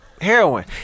heroin